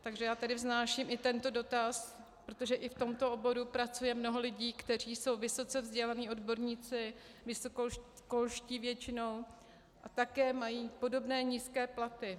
Takže já tady vznáším i tento dotaz, protože i v tomto oboru pracuje mnoho lidí, kteří jsou vysoce vzdělaní odborníci, vysokoškolští většinou, a také mají podobné nízké platy.